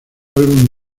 álbum